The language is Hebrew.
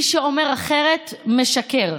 מי שאומר אחרת משקר,